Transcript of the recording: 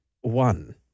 One